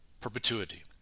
perpetuity